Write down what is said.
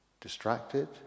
distracted